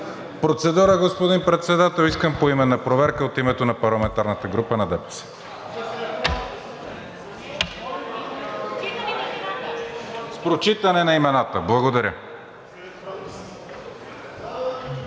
Процедура, господин Председател. Искам поименна проверка от името на парламентарната група на ДПС. (Шум и реплики.) С прочитане на имената. Благодаря.